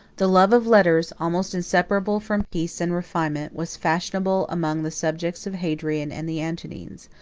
the love of letters, almost inseparable from peace and refinement, was fashionable among the subjects of hadrian and the antonines,